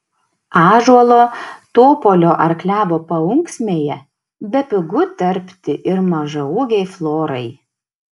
ąžuolo topolio ar klevo paunksmėje bepigu tarpti ir mažaūgei florai